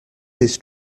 his